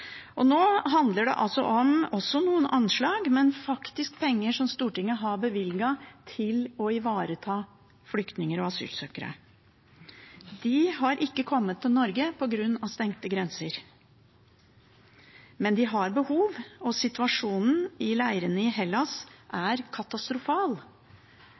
lenge. Nå handler det om – også noen anslag – penger som Stortinget har bevilget til å ivareta flyktninger og asylsøkere. De har ikke kommet til Norge på grunn av stengte grenser. Men de har behov, og situasjonen i leirene i Hellas